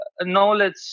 knowledge